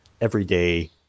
everyday